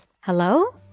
Hello